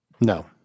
No